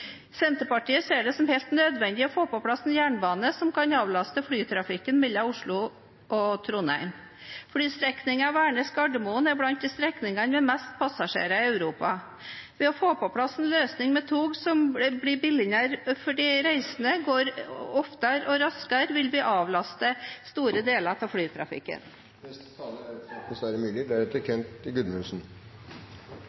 Senterpartiet ser det som helt nødvendig å få på plass en jernbane som kan avlaste flytrafikken mellom Oslo og Trondheim. Flystrekningen Værnes–Gardermoen er blant strekningene med mest passasjerer i Europa. Ved å få på plass en løsning med tog som blir billigere for de reisende, og som går oftere og raskere, vil dette avlaste store deler av flytrafikken. En av vår tids store saker er